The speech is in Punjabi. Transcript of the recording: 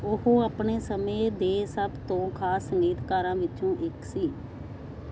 ਉਹ ਆਪਣੇ ਸਮੇਂ ਦੇ ਸਭ ਤੋਂ ਖ਼ਾਸ ਸੰਗੀਤਕਾਰਾਂ ਵਿੱਚੋਂ ਇੱਕ ਸੀ